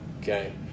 Okay